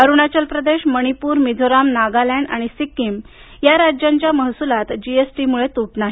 अरुणाचल प्रदेश मणिपूर मिझोरम नागालेंड आणि सिक्कीम या राज्यांच्या महसुलात जीएसटी तूट नाही